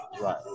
Right